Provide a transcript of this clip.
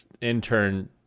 intern